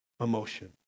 emotion